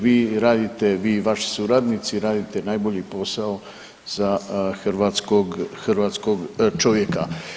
Vi radite, vi i vaši suradnici radite najbolji posao za hrvatskog, hrvatskog čovjeka.